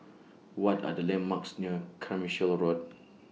What Are The landmarks near Carmichael Road